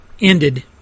ended